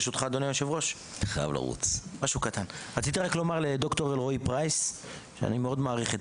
10:50) רציתי לומר לדוקטור אלרועי פרייס שאני מאוד מעריך את